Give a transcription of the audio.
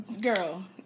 Girl